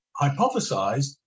hypothesized